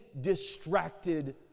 distracted